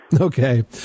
Okay